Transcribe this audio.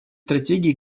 стратегии